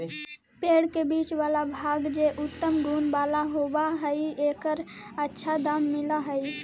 पेड़ के बीच वाला भाग जे उत्तम गुण वाला होवऽ हई, एकर अच्छा दाम मिलऽ हई